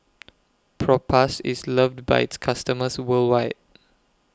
Propass IS loved By its customers worldwide